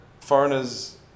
foreigners